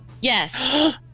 Yes